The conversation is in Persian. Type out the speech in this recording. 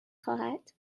خواهد